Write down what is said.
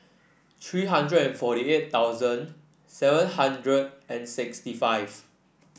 three hundred and forty eight thousand seven hundred and sixty five